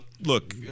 Look